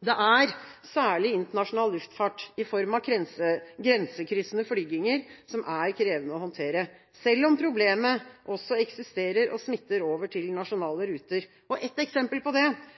Det er særlig internasjonal luftfart i form av grensekryssende flygninger som er krevende å håndtere, selv om problemet også eksisterer og smitter over til nasjonale